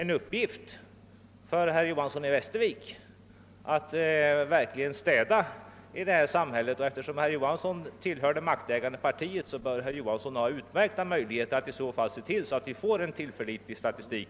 I så fall har herr Johanson i Västervik en städningsuppgift framför sig i vårt samhälle. Eftersom herr Johanson tillhör dei maktägande partiet, bör herr Johanson ha utmärkta möjligheter att se till att vi i fortsättningen får en tillförlitlig statistik.